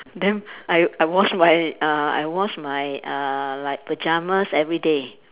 then I I wash my uh I wash my uh like pyjamas everyday